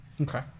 Okay